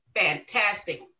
fantastic